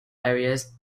areas